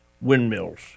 windmills